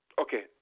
Okay